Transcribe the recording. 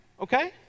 okay